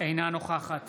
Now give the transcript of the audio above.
אינה נוכחת